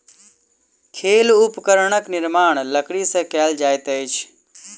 खेल उपकरणक निर्माण लकड़ी से कएल जाइत अछि